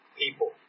people